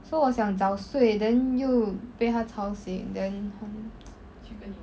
so 我想早睡 then 又被她吵醒 then